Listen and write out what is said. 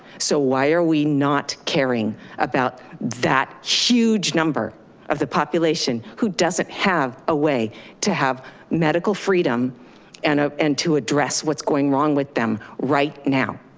so why are we not caring about that huge number of the population who doesn't have a way to have medical freedom and and to address what's going wrong with them right now?